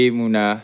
muna